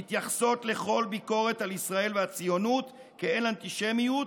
מתייחסות לכל ביקורת על ישראל והציונות כאל אנטישמיות,